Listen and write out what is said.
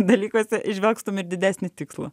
dalykuose įžvelgtum ir didesnį tikslą